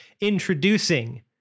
Introducing